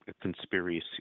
conspiracy